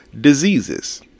diseases